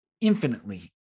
infinitely